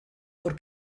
por